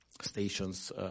stations